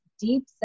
deep